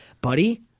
buddy